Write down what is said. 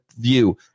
view